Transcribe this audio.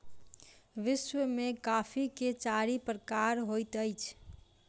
विश्व में कॉफ़ी के चारि प्रकार होइत अछि